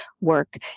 work